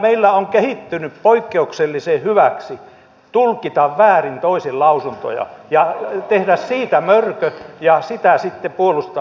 meillä on kehittynyt poikkeuksellisen hyväksi kyky tulkita väärin toisen lausuntoja ja tehdä siitä mörkö ja sitä sitten puolustaa